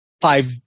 five